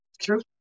True